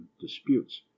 disputes